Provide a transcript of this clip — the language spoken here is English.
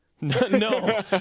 No